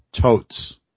totes